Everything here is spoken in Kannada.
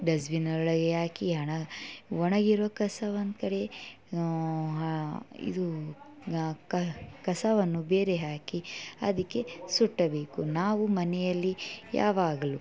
ಡಸ್ಟ್ಬಿನ್ ಒಳಗೆ ಹಾಕಿ ಹಣ ಒಣಗಿರುವ ಕಸ ಒಂದು ಕಡೆ ಇದು ಕಸವನ್ನು ಬೇರೆ ಹಾಕಿ ಅದಕ್ಕೆ ಸುಡಬೇಕು ನಾವು ಮನೆಯಲ್ಲಿ ಯಾವಾಗಲು